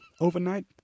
Overnight